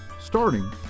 starting